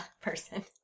person